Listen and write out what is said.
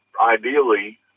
ideally